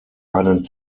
einen